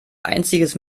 einziges